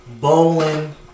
bowling